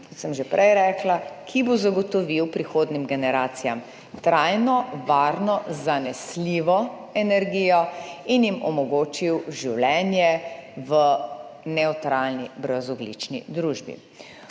ki bo zagotovil prihodnjim generacijam trajno, varno, zanesljivo energijo in jim omogočil življenje v nevtralni, brezogljični družbi.